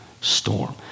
storm